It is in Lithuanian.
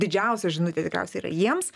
didžiausia žinutė tikriausiai yra jiems